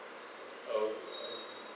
oh nice